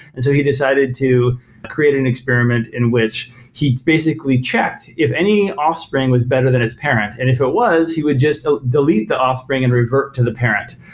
and so he decided to create an experiment in which he basically checks if any offspring was better than his parent, and if it was, he would just delete the offspring and revert to the parent.